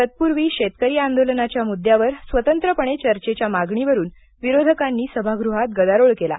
तत्पूर्वी शेतकरी आंदोलनाच्या मुद्द्यावर स्वतंत्रपणे चर्चेच्या मागणीवरून विरोधकांनी सभागृहात गदारोळ केला